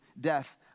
death